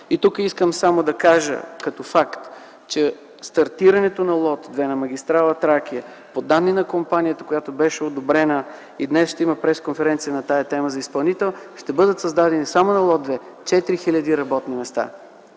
Тук искам само да кажа като факт, че стартирането на Лот 2 на магистрала „Тракия”, по данни на компанията, която беше одобрена, и днес ще има пресконференция на тази тема – за изпълнител, само на Лот 2 ще бъдат създадени 4 хил. работни места.